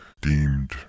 deemed